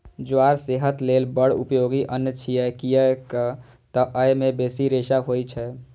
ज्वार सेहत लेल बड़ उपयोगी अन्न छियै, कियैक तं अय मे बेसी रेशा होइ छै